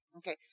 Okay